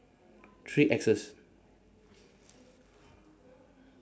three axes